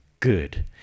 good